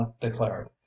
declared